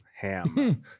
Ham